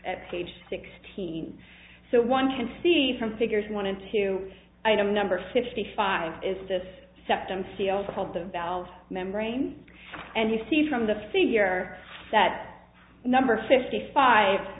at page sixteen so one can see from figures wanted to item number fifty five is this septum seal called the valve membrane and you see from the figure that number fifty five